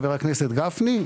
חבר הכנסת גפני,